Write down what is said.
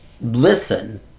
listen